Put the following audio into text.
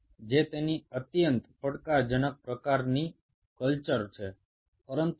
যদিও অ্যাডাল্ট নিউরনকে কালচার করা অত্যন্ত চ্যালেঞ্জিং কাজ